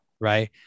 Right